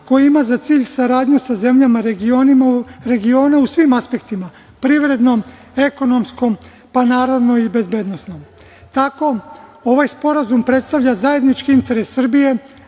koji ima za cilj saradnju sa zemljama regiona u svim aspektima, privrednom, ekonomskom, pa naravno, i bezbednosnom. Tako ovaj Sporazum predstavlja zajednički interes Srbije,